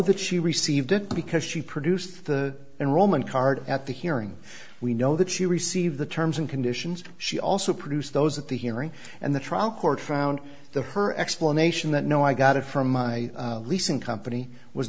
that she received it because she produced the enrollment card at the hearing we know that she received the terms and conditions she also produced those at the hearing and the trial court found the her explanation that no i got it from my leasing company was